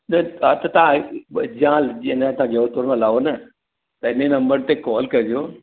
ॿियो हा त तव्हां ह ॿ ॼ जीअं जोधपुर में जीअं लहो न त इन नंबर ते कॉल कजो